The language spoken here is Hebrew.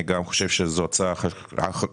אני גם חושב שזו הצעה חשובה.